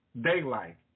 Daylight